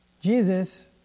Jesus